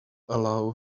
allow